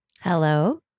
Hello